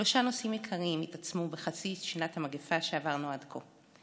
שלושה נושאים עיקריים התעצמו בחצי שנת המגפה שעברנו עד כה: